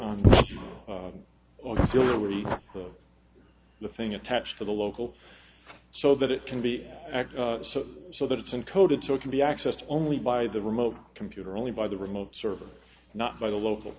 with the thing attached to the local so that it can be x so so that it's encoded so it can be accessed only by the remote computer only by the remote server not by the local